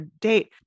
date